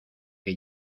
que